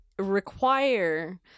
require